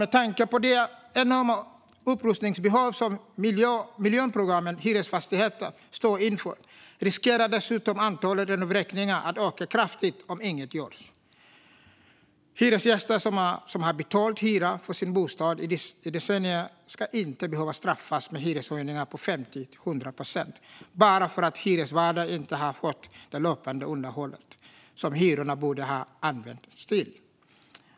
Med tanke på det enorma upprustningsbehov som miljonprogrammets hyresfastigheter står inför riskerar dessutom antalet renovräkningar att öka kraftigt om inget görs. Hyresgäster som har betalat hyra för sin bostad i decennier ska inte behöva straffas med hyreshöjningar på 50-100 procent bara för att hyresvärdar inte har skött det löpande underhållet som hyrorna borde ha används till.